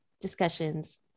discussions